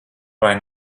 vai